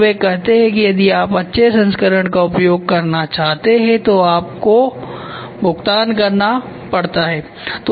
और वे कहते हैं कि यदि आप अच्छे संस्करण का उपयोग करना चाहते हैं तो आपको भुगतान करना पड़ता है